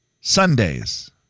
Sundays